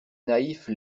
naïfs